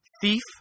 thief